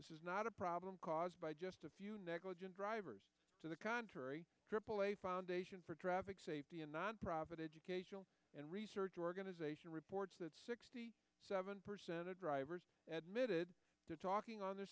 this is not a problem caused by just a few negligent drivers to the contrary aaa foundation for traffic safety a nonprofit educational and research organization reports that sixty seven percent of drivers at mid to talking on their